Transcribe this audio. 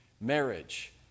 marriage